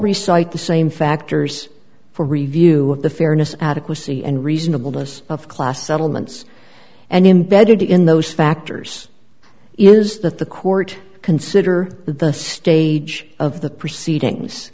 already cite the same factors for review of the fairness adequacy and reasonable list of class settlements and embedded in those factors is that the court consider the stage of the proceedings